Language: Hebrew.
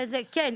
כן,